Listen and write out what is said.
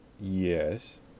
yes